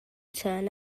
turn